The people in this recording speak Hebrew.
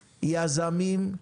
יזמים,